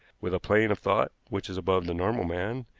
with a plane of thought which is above the normal man,